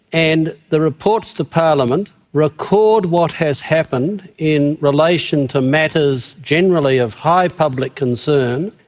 and the reports to parliament record what has happened in relation to matters generally of high public concern,